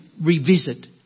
revisit